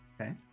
Okay